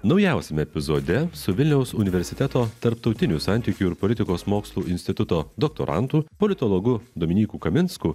naujausiame epizode su vilniaus universiteto tarptautinių santykių ir politikos mokslų instituto doktorantu politologu dominyku kaminsku